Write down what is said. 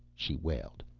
she wailed.